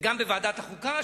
וגם בוועדת החוקה,